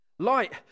Light